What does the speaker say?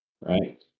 right